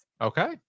Okay